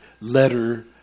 letter